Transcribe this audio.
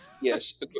Yes